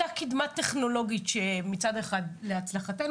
אותה קידמה טכנולוגית שמצד אחד היא להצלחתנו,